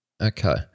Okay